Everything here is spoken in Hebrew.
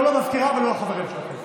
לא לסגנית המזכיר ולא לחברים שלכם.